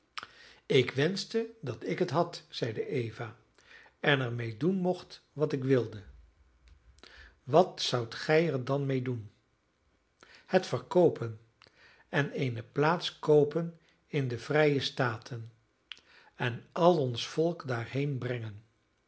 ik wenschte dat ik het had zeide eva en er mee doen mocht wat ik wilde wat zoudt gij er dan mee doen het verkoopen en eene plaats koopen in de vrije staten en al ons volk daarheen brengen